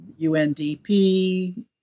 UNDP